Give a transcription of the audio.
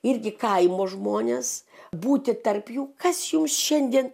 irgi kaimo žmones būti tarp jų kas jums šiandien